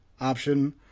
option